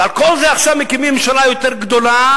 ועל כל זה עכשיו מקימים ממשלה יותר גדולה,